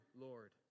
Lord